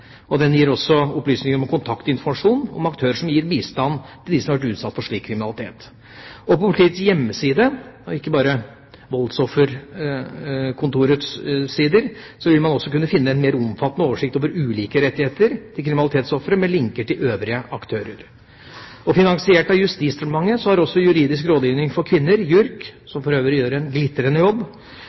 kriminalitetsofre. Den gir også opplysninger om kontaktinformasjon om aktører som gir bistand til dem som har vært utsatt for slik kriminalitet. På politiets hjemmeside – ikke bare på Voldsoffererstatningskontorets sider – vil man også kunne finne en mer omfattende oversikt over ulike rettigheter til kriminalitetsofre, med linker til øvrige aktører. Finansiert av Justisdepartementet har Juridisk Rådgivning for Kvinner, JURK, som for øvrig gjør en glitrende jobb,